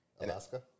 Alaska